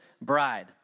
bride